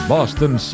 Boston